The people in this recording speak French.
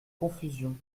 confusion